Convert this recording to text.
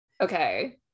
Okay